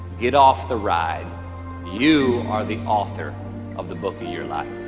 get off the ride you are the author of the book of your life